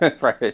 Right